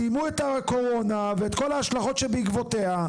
סיימו את הקורונה ואת כל ההשלכות שבעקבותיה,